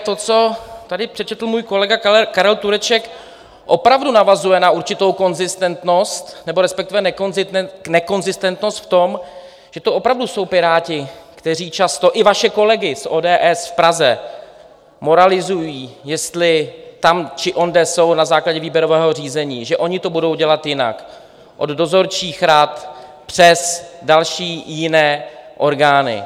To, co tady přečetl můj kolega Karel Tureček, opravdu navazuje na určitou konzistentnost, respektive nekonzistentnost v tom, že to opravdu jsou Piráti, kteří často i vaše kolegy z ODS v Praze moralizují, jestli tam či onde jsou na základě výběrového řízení, že oni to budou dělat jinak, od dozorčích rad přes další jiné orgány.